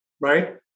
right